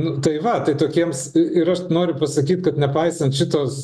nu tai va tai tokiems ir aš noriu pasakyt kad nepaisant šitos